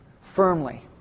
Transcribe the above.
firmly